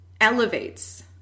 elevates